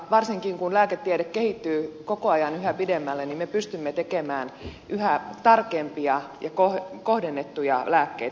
varsinkin kun lääketiede kehittyy koko ajan yhä pidemmälle me pystymme tekemään yhä tarkempia ja kohdennettuja lääkkeitä